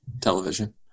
television